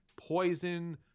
poison